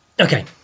Okay